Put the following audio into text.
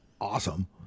awesome